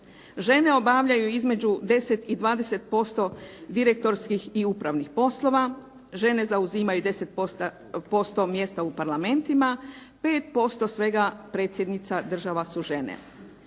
Žene obavljaju između 10 i 20% direktorskih i upravnih poslova, žene zauzimaju 10% mjesta u parlamentima, 5% svega predsjednica država su žene.